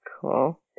Cool